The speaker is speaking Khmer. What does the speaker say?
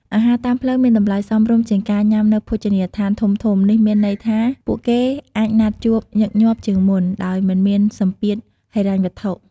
អាហារតាមផ្លូវមាន តម្លៃសមរម្យ ជាងការញ៉ាំនៅភោជនីយដ្ឋានធំៗ នេះមានន័យថា ពួកគេអាចណាត់ជួបញឹកញាប់ជាងមុន ដោយមិនមានសម្ពាធហិរញ្ញវត្ថុ។